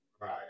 Right